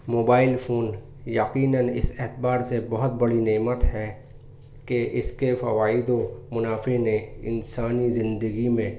mobile phone یقیناََ اس اعتبار سے بہت بڑی نعمت ہے کہ اس کے فوائد و منافع نے انسانی زندگی میں